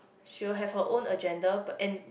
she will have her own agenda and